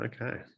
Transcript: okay